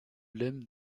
lemme